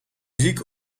muziek